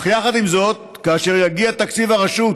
אך יחד עם זאת, כאשר יגיע תקציב הרשות